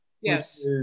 Yes